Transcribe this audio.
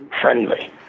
friendly